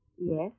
Yes